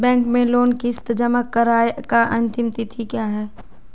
Bank में loan की किश्त जमा कराने की अंतिम तिथि क्या है?